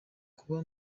kuba